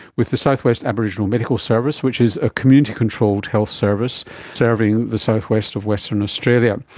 with the south west aboriginal medical service which is a community controlled health service serving the southwest of western australia.